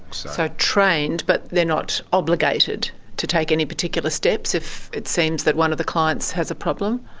so trained, but they're not obligated to take any particular steps if it seems that one of the clients has a problem?